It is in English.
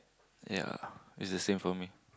ya it is the same for me